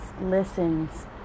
listens